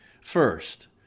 First